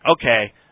Okay